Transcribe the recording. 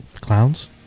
clowns